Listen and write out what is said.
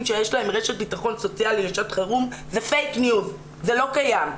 שיש להם רשת ביטחון סוציאלי לשעת חירום זה לא קיים.